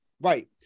right